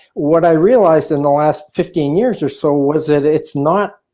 what i realized in the last fifteen years or so was that it's not